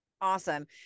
Awesome